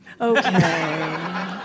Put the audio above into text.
Okay